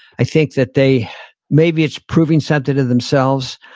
i think that they maybe it's proving something to themselves.